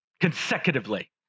consecutively